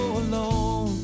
alone